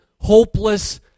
hopeless